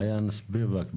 מעין ספיבק.